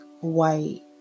white